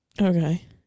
Okay